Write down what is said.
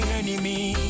enemy